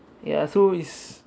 ya so it's